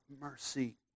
mercy